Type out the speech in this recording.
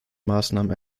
maßnahmen